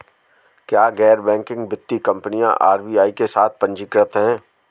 क्या गैर बैंकिंग वित्तीय कंपनियां आर.बी.आई के साथ पंजीकृत हैं?